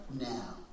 now